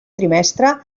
trimestre